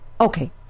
Okay